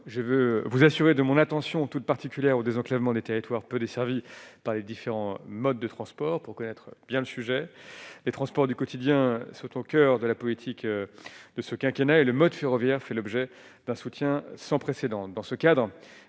je veux vous assurer de mon attention toute particulière au désenclavement des territoires peu desservi par les différents modes de transport pour connaître bien le sujet, les transports du quotidien sont au coeur de la politique de ce quinquennat et le mode ferroviaire fait l'objet d'un soutien sans précédent